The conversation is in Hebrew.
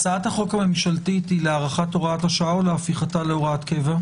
הצעת החוק הממשלתית היא להארכת הוראת השעה או להפיכתה להוראת קבע?